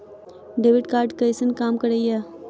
Debit card कैसन काम करेया?